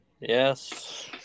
Yes